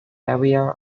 area